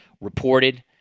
reported